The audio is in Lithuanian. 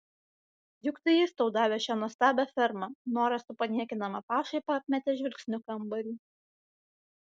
juk tai jis tau davė šią nuostabią fermą nora su paniekinama pašaipa apmetė žvilgsniu kambarį